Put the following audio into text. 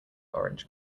orange